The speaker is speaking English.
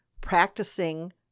practicing